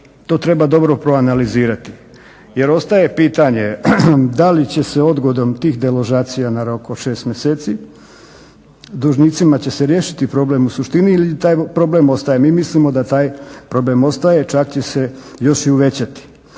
To treba dobro proanalizirati jer ostaje pitanje da li će se odgodom tih deložacija na rok o 6 mjeseci, dužnicima će se riješiti problem u suštini ili taj problem ostaje? Mi mislimo da taj problem ostaje, čak će se još i uvećati.